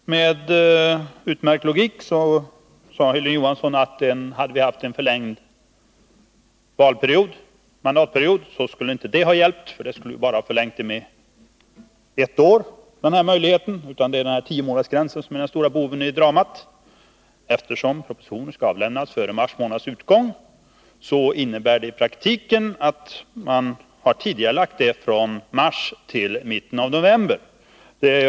Med utmärkt logik sade Hilding Johansson att om vi hade haft en förlängd mandatperiod skulle det inte ha hjälpt, eftersom det bara skulle ha inneburit en förlängning med ett år — det är tiomånadersgränsen som är den stora boven i dramat. Eftersom propositioner annars skall avlämnas före mars månads utgång innebär bestämmelsen i praktiken att man har tidigarelagt tidpunkten från mars till mitten av november.